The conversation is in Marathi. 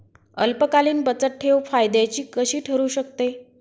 अल्पकालीन बचतठेव फायद्याची कशी ठरु शकते?